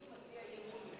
אם הוא מציע אי-אמון,